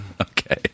Okay